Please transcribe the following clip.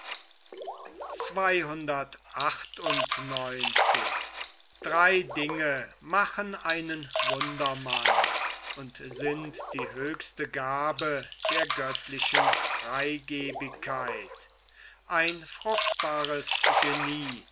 und sind die höchste gabe der göttlichen freigebigkeit ein fruchtbares genie